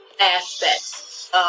aspects